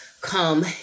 come